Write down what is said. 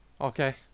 Okay